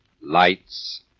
Lights